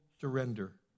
surrender